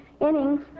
innings